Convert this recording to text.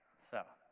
so